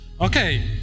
Okay